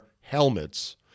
helmets